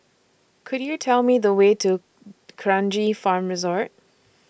Could YOU Tell Me The Way to D'Kranji Farm Resort